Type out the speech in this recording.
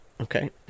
okay